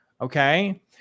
okay